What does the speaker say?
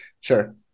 Sure